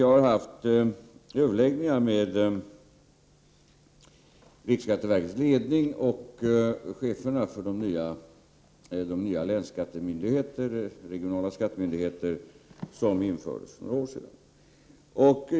Jag har haft överläggningar med riksskatteverkets leding och cheferna för de nya länsskattemyndigheterna, de regionala skattemyndigheter som infördes för några år sedan.